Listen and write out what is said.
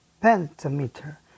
pentameter